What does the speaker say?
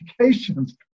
applications